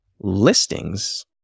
listings